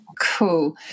Cool